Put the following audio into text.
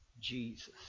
Jesus